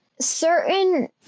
certain